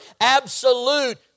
absolute